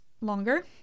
longer